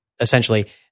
essentially